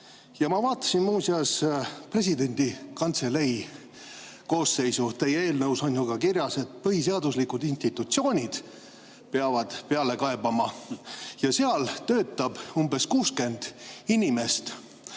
Ma vaatasin muuseas presidendi kantselei koosseisu. Teie eelnõus on ju kirjas, et ka põhiseaduslikud institutsioonid peavad peale kaebama. Seal töötab umbes 60 inimest.